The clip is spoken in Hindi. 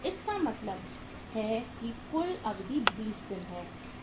इसका मतलब है कि कुल अवधि 20 दिन है